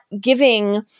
giving